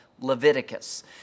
leviticus